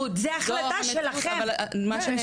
מה זה מציאות?